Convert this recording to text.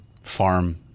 farm